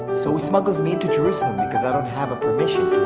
so he smuggles me into jerusalem because i don't have ah permission